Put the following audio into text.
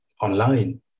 online